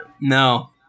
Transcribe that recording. no